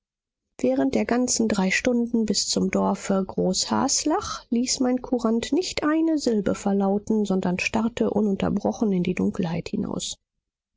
während der ganzen drei stunden bis zum dorfe großhaslach ließ mein kurand nicht eine silbe verlauten sondern starrte ununterbrochen in die dunkelheit hinaus